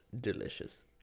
delicious